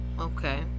Okay